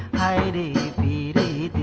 high at the